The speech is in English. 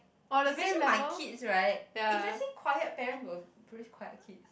imagine my kids right if let's say quiet parents will raise quiet kids